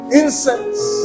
incense